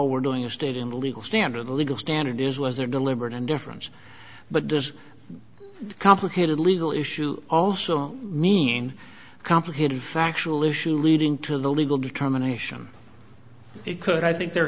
we're doing a state in the legal standard legal standard is was there deliberate indifference but does complicated legal issue also mean complicated factual issue leading to the legal determination it could i think they're